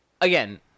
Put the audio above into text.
again